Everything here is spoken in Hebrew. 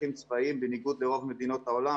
לצרכים צבאיים בניגוד לרוב מדינות העולם.